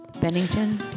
Bennington